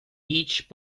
each